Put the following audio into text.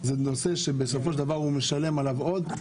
זה נושא שבסופו של דבר הוא משלם עליו עוד,